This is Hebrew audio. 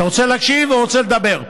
אתה רוצה להקשיב או שאתה רוצה לדבר?